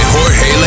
Jorge